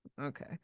okay